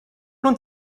nun